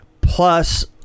plus